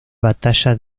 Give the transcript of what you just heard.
batalla